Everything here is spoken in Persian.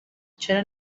چرا